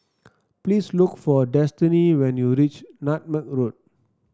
please look for Destiny when you reach Nutmeg Road